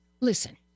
Listen